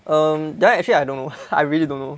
um that one actually I don't know I really don't know